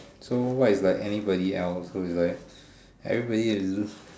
so what is like anybody else so is like everybody is just